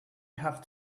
have